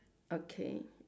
okay